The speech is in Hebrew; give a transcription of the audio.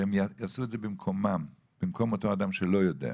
שהם יעשו את זה במקומם, במקום אותו אדם לא יודע.